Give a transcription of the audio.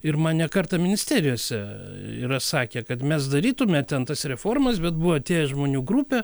ir man ne kartą ministerijose yra sakę kad mes darytume ten tas reformas bet buvote žmonių grupė